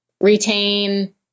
retain